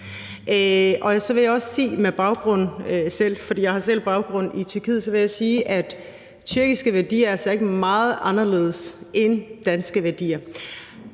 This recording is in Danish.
at Tyrkiet er meget andet end Erdogan. Jeg har selv baggrund i Tyrkiet, så jeg vil sige, at tyrkiske værdier altså ikke er meget anderledes end danske værdier.